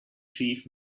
chief